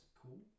cool